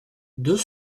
deux